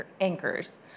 anchors